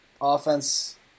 offense